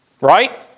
Right